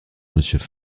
monsieur